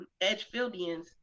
Edgefieldians